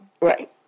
Right